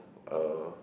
eh